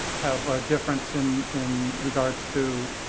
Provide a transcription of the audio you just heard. have difference in in regards to